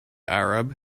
arab